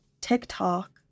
TikTok